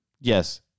Yes